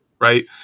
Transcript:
right